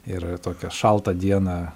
ir tokią šaltą dieną